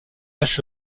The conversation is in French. pas